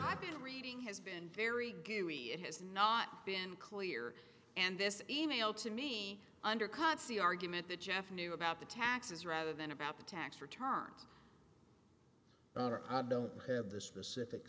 i've been reading has been very good read it has not been clear and this e mail to me undercuts the argument that jeff knew about the taxes rather than about the tax returns i don't have the specific